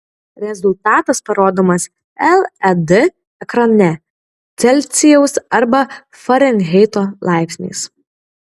rezultatas parodomas led ekrane celsijaus arba farenheito laipsniais